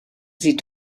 sie